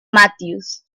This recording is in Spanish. matthews